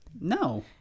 No